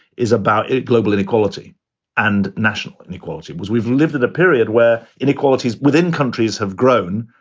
is about global inequality and national inequality. we've lived in a period where inequalities within countries have grown,